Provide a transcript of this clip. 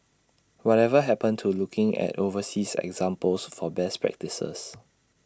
whatever happened to looking at overseas examples for best practices